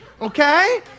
Okay